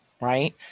right